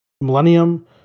Millennium